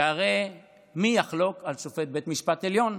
שהרי מי יחלוק על שופט בית משפט עליון?